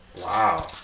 Wow